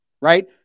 right